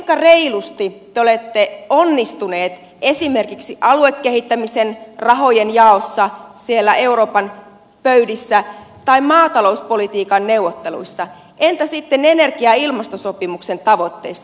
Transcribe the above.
kuinka reilusti te olette onnistunut esimerkiksi aluekehittämisen rahojen jaossa siellä euroopan pöydissä tai maatalouspolitiikan neuvotteluissa entä sitten energia ja ilmastosopimuksen tavoitteissa